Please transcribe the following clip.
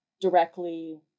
directly